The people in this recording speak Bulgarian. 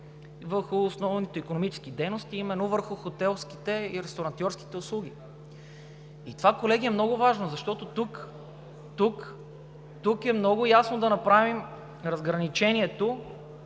основните икономически дейности, а именно върху хотелските и ресторантьорските услуги. Това, колеги, е много важно, защото тук е много ясно да направим разграничението